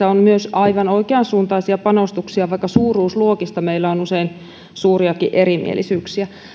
on myös aivan oikeansuuntaisia panostuksia vaikka suuruusluokista meillä on usein suuriakin erimielisyyksiä